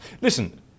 Listen